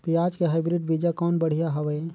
पियाज के हाईब्रिड बीजा कौन बढ़िया हवय?